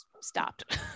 stopped